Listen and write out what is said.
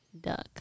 duck